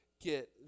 get